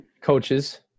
Coaches